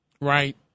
Right